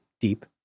deep